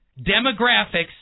Demographics